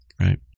Right